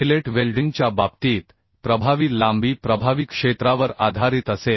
fillet वेल्डिंगच्या बाबतीत प्रभावी लांबी प्रभावी क्षेत्रावर आधारित असेल